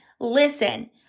listen